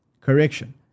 correction